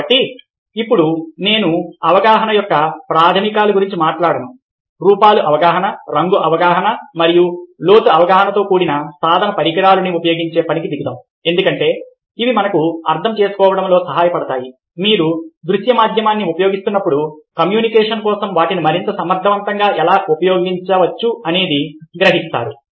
కాబట్టి ఇప్పుడు నేను అవగాహన యొక్క ప్రాథమికాల గురించి మాట్లాడాను రూపాలు అవగాహన రంగు అవగాహన మరియు లోతు అవగాహనతో కూడిన సాధన పరికరాలు ని ఉపయోగించే పనికి దిగుదాం ఎందుకంటే ఇవి మనకు అర్థం చేసుకోవడంలో సహాయపడతాయి మీరు దృశ్య మాధ్యమాన్ని ఉపయోగిస్తున్నప్పుడు కమ్యూనికేషన్ కోసం వాటిని మరింత సమర్థవంతంగా ఎలా ఉపయోగించవచ్చు అనేది గ్రహిస్తారు